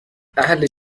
اهل